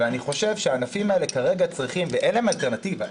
אין לענפים האלה אלטרנטיבה,